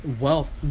Wealth